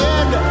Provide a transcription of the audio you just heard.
end